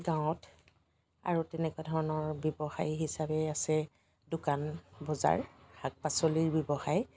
গাঁৱত আৰু তেনেকুৱা ধৰণৰ ব্যৱসায়ী হিচাপে আছে দোকান বজাৰ শাক পাচলিৰ ব্যৱসায়